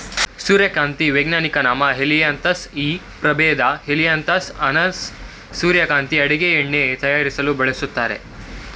ಸೂರ್ಯಕಾಂತಿ ವೈಜ್ಞಾನಿಕ ನಾಮ ಹೆಲಿಯಾಂತಸ್ ಈ ಪ್ರಭೇದ ಹೆಲಿಯಾಂತಸ್ ಅನ್ನಸ್ ಸೂರ್ಯಕಾಂತಿನ ಅಡುಗೆ ಎಣ್ಣೆ ತಯಾರಿಸಲು ಬಳಸ್ತರೆ